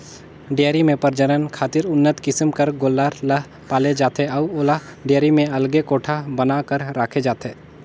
dairy में प्रजनन खातिर उन्नत किसम कर गोल्लर ल पाले जाथे अउ ओला डेयरी में अलगे कोठा बना कर राखे जाथे